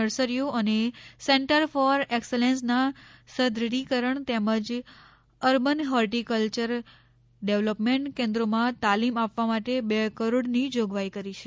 નર્સરીઓ અને centre for એક્સલેન્સના સદ્દઢીકરણ તેમજ અર્બન હોર્ટિકલ્ચર ડેવલોપમેન્ટ કેન્દ્રોમાં તાલીમ આપવા માટે ટ કરોડની જોગવાઈ કરી છે